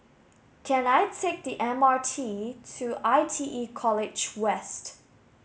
can I take the M R T to I T E College West